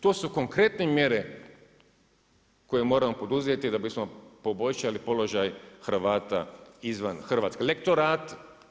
To su konkretne mjere koje moramo poduzeti da bismo poboljšali položaj Hrvata izvan Hrvatske, lektorati.